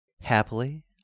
Happily